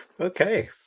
Okay